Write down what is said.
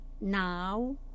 now